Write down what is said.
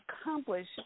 accomplish